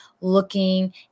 looking